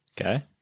Okay